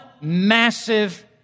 massive